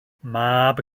mab